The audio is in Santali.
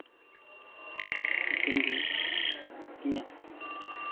ᱩᱱᱠᱤᱱᱜᱮ ᱤᱧᱟᱹᱜ